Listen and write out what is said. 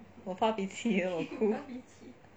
我发脾气也有哭